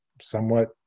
somewhat